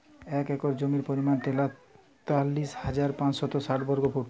এক একর জমির পরিমাণ তেতাল্লিশ হাজার পাঁচশত ষাট বর্গফুট